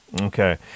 Okay